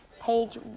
page